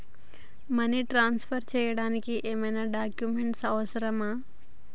Money transfer చేయడానికి ఏమైనా documents అవసరమా?